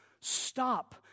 stop